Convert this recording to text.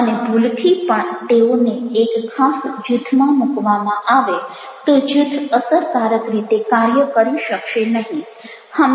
અને ભૂલથી પણ તેઓને એક ખાસ જૂથમાં મૂકવામાં આવે તો જૂથ અસરકારક રીતે કાર્ય કરી શકશે નહિ